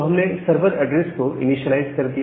तो हमने server address को इनीशिएलाइज कर दिया